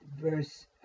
verse